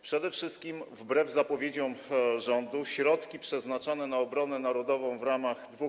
Przede wszystkim wbrew zapowiedziom rządu środki przeznaczane na obronę narodową w ramach 2%